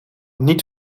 niet